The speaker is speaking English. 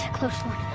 close one!